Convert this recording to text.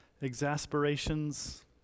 exasperations